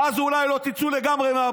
ואז אולי לגמרי לא תצאו מהבית.